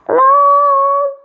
long